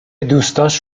دوستاش